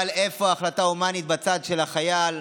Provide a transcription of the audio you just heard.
אבל איפה ההחלטה ההומנית בצד של החייל,